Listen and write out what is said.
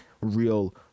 real